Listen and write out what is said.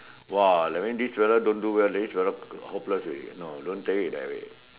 !wah! that means this fella don't do well this fella hopeless already no don't tell it that way